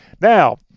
Now